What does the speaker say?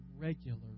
regular